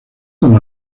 con